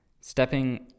Stepping